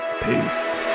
peace